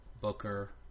Booker